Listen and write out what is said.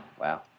Wow